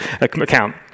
account